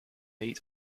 eat